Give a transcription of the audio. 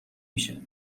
میشه